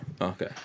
Okay